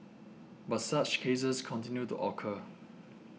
but such cases continue to occur